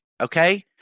okay